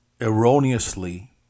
erroneously